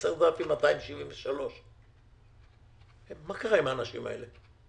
10,273. מה קרה עם האנשים האלה?